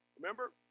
Remember